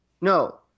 No